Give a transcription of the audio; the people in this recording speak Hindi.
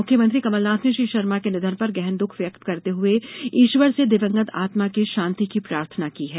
मुख्यमंत्री कमलनाथ ने श्री शर्मा के निधन पर गहन दुख व्यक्त करते हुए ईश्वर से दिवंगत आत्मा की शांति की प्रार्थना की है